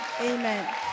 Amen